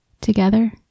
Together